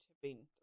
tipping